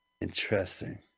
Interesting